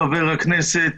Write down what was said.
חבר הכנסת